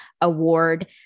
award